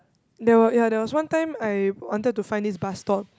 there were ya there was one time I wanted to find this bus stop